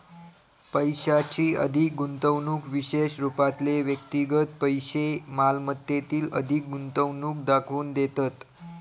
पैशाची अधिक गुंतवणूक विशेष रूपातले व्यक्तिगत पैशै मालमत्तेतील अधिक गुंतवणूक दाखवून देतत